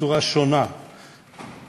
בצורה שונה וחזקה,